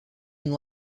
and